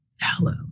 Hello